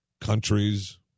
Countries